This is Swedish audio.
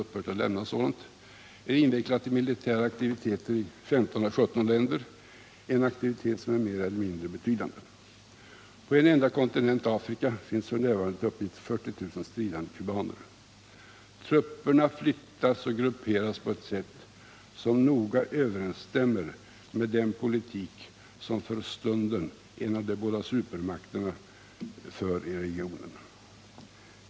upphört att lämna sådant — är invecklat i militära aktiviteter i 15 å 17 länder, aktiviteter som är mer eller mindre betydande. På en enda kontinent, Afrika, finns f. n. enligt uppgift 40 000 stridande kubaner. Trupperna flyttas och grupperas på ett sätt som noga överensstämmer med den politik som för stunden en av de båda supermakterna för i regionen.